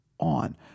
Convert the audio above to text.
on